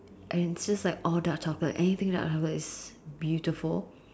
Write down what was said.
and just like all dark chocolate anything that are covered is beautiful